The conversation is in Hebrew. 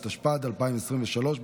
התשפ"ד 2023,